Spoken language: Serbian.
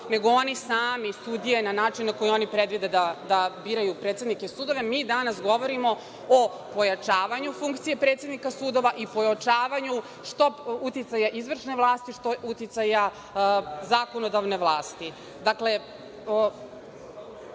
nego oni sami sudija na način na koji oni predvide da biraju predsednike sudove, mi danas govorimo o ojačavanju funkcija predsednika sudova i pojačavanju što uticaja izvršne, što uticaja zakonodavne vlasti. Dakle,